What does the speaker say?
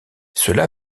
cela